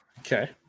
Okay